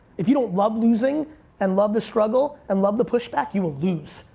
if you don't love losing and love the struggle and love the pushback, you will lose,